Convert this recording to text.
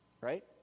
right